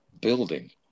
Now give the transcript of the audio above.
building